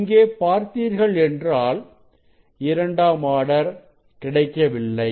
இங்கே பார்த்தீர்கள் என்றால் இரண்டாம் ஆர்டர் கிடைக்கவில்லை